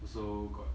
also got